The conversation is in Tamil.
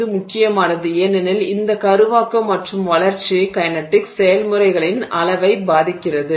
இது முக்கியமானது ஏனெனில் இந்த கருவாக்கம் மற்றும் வளர்ச்சி கைநடிக்ஸ் செயல்முறைகளின் அளவை பாதிக்கிறது